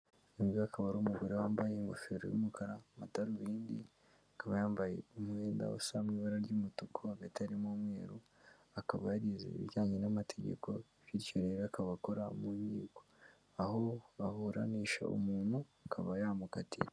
Uyu nguyu akaba ari umugore wambaye ingofero y'umukara, amadarubindi, akaba yambaye umwenda usa mu ibara ry'umutuku hagati harimo umweru, akaba yarize ibijyanye n'amategeko bityo rero akaba akora mu nkiko. Aho aburanisha umuntu akaba yamukatira.